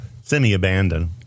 semi-abandoned